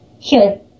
Sure